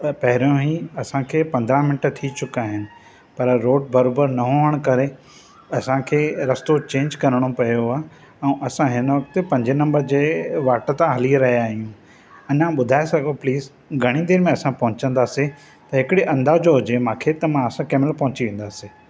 हू पहिरियों ई असां खे पंद्रंह मिंट थी चुका आहिनि पर रोड बरोबर न हुअण करे असां खे रस्तो चेंज करणो पयो आहे ऐं असां हिन वकत पंजें नम्बर जे वाट तां हली रहिया आहियूं अञा ॿुधाए सघो प्लीज़ घणी देर में असां पहुचंदासीं त हिकड़ी अंदाज़ो हुजे मूंखे त मां असां कंहिं महिल पहुची वेंदासीं